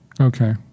Okay